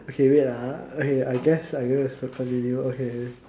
okay wait ah okay I guess I'm going to sorry continue okay